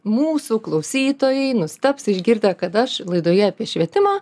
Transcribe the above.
mūsų klausytojai nustebs išgirdę kad aš laidoje apie švietimą